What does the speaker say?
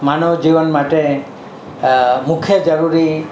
માનવ જીવન માટે મુખ્ય જરૂરી